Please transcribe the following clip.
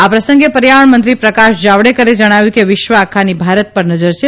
આ પ્રસંગે પર્યાવરણ મંત્રી પ્રકાશ જાવડેકરે જણાવ્યું કે વિશ્વ આખાની ભારત પર નજર છે